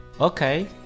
Okay